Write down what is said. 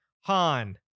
Han